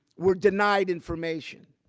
we're denied information.